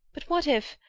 but what if?